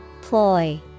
Ploy